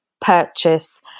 purchase